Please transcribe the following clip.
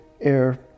air